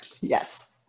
Yes